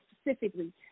specifically